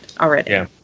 already